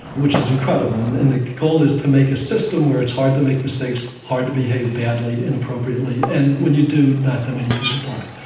which is incredible, and and the goal is to make a system where it's hard to make mistakes, hard to behave badly, inappropriately, and when you do, not that many people die.